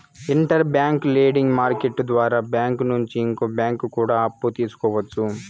inter bank lending market ద్వారా bank నుంచి ఇంకో బ్యాంకు కూడా అప్పు తీసుకోవచ్చు